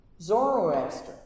Zoroaster